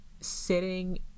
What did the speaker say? sitting